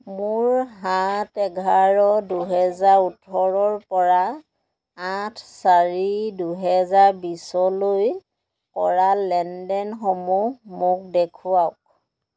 মোৰ সাত এঘাৰ দুহেজাৰ ওঠৰৰপৰা আঠ চাৰি দুহেজাৰ বিছলৈ কৰা লেনদেনসমূহ মোক দেখুৱাওক